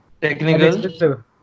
technical